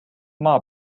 maa